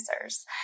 users